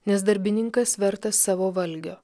nes darbininkas vertas savo valgio